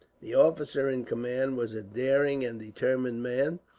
the officer in command was a daring and determined man.